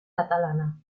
catalana